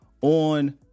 On